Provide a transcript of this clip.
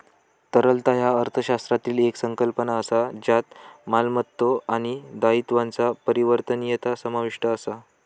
तरलता ह्या अर्थशास्त्रातली येक संकल्पना असा ज्यात मालमत्तो आणि दायित्वांचा परिवर्तनीयता समाविष्ट असा